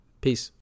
peace